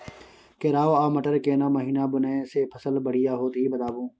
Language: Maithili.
केराव आ मटर केना महिना बुनय से फसल बढ़िया होत ई बताबू?